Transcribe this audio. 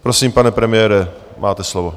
Prosím, pane premiére, máte slovo.